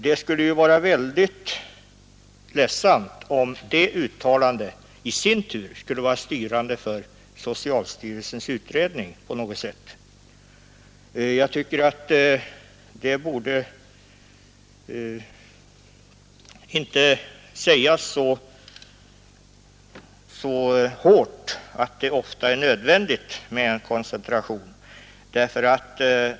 Det skulle vara mycket beklagligt om det uttalandet i sin tur skulle vara på något sätt styrande för Jag tycker inte att det borde så bestämt uttalas att det ofta är nödvändigt med en koncentration.